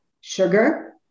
sugar